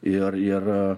ir ir